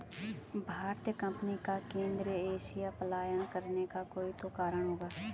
भारतीय कंपनी का केंद्रीय एशिया पलायन करने का कोई तो कारण होगा